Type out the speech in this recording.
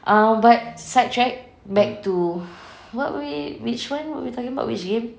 ah but side track back to what we which one were we talking about which game